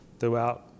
throughout